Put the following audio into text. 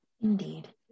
Indeed